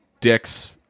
dicks